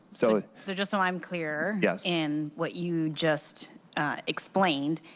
so so just so i am clear yeah in what you just explained,